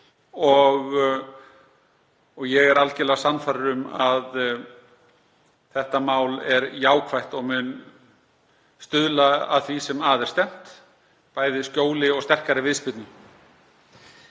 og ég er algerlega sannfærður um að þetta mál er jákvætt og mun stuðla að því sem að er stefnt, bæði skjóli og sterkari viðspyrnu.